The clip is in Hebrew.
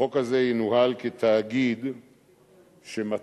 החוק הזה ינוהל כתאגיד שמטרתו,